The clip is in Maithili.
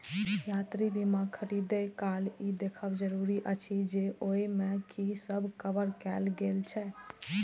यात्रा बीमा खरीदै काल ई देखब जरूरी अछि जे ओइ मे की सब कवर कैल गेल छै